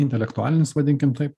intelektualinis vadinkim taip